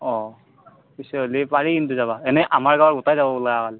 অঁ পিছে হ'লে পাৰি কিন্তু যাবা এনে আমাৰ গাঁৱৰ গোটেই যাবো বোলে অহাকালি